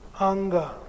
anger